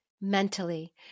mentally